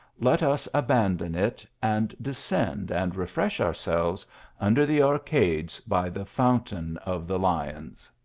let us abandon it, and descend and refresh ourselves under the arcades by the fountain of the lions.